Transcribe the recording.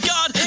God